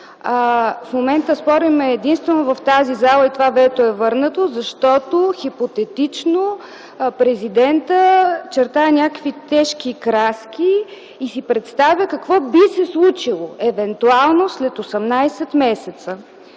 В момента спорим единствено в тази зала, защото с това вето хипотетично Президентът чертае някакви тежки краски и си представя какво би се случило евентуално след 18 месеца.